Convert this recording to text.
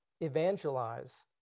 evangelize